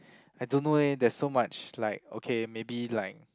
I don't know eh there's so much like okay maybe like